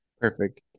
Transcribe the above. Perfect